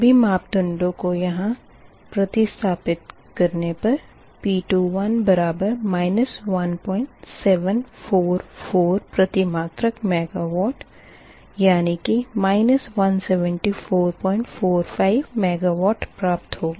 सभी मापदंडो को यहाँ प्रतिस्थापित करने पर P21 बराबर 1744 प्रतिमात्रक मेगावाट यानी कि 17445 मेगावाट प्राप्त होगा